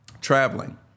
Traveling